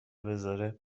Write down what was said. بذاره